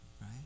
right